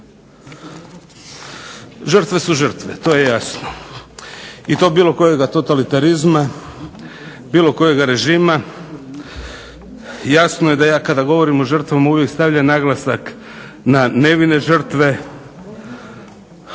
Žrtve su žrtve. To je jasno. I to bilo kojega totalitarizma, bilo kojega režima. Jasno je da ja kada govorim o žrtvama uvijek stavljam naglasak na nevine žrtve.